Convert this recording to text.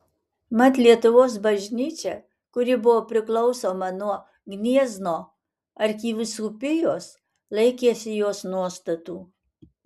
mat lietuvos bažnyčia kuri buvo priklausoma nuo gniezno arkivyskupijos laikėsi jos nuostatų